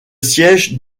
siège